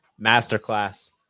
masterclass